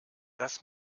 das